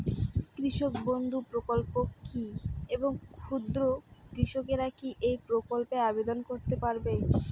কৃষক বন্ধু প্রকল্প কী এবং ক্ষুদ্র কৃষকেরা কী এই প্রকল্পে আবেদন করতে পারবে?